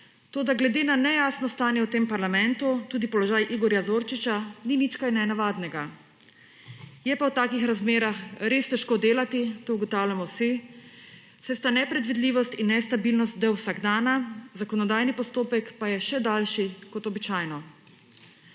Toda glede na nejasno stanje v tem parlamentu tudi položaj Igorja Zorčiča ni nič kaj nenavadnega. Je pa v takih razmerah res težko delati. To ugotavljamo vsi, saj sta nepredvidljivost in nestabilnost del vsakdana, zakonodajni postopek pa je še daljši kot običajno.